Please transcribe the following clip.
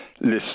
list